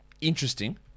interesting